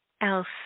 else